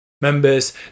Members